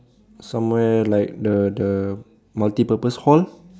somewhere like the the multipurpose hall